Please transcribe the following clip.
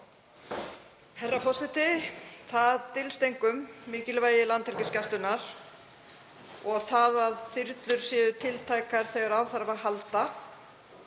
Herra forseti. Það dylst engum mikilvægi Landhelgisgæslunnar og það að þyrlur séu tiltækar þegar á þarf að halda